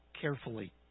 carefully